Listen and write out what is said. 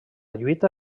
lluita